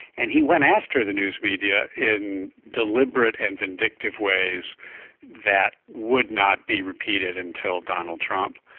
and he went after the news media in deliberate and vindictive ways that would not be repeated until donald trump.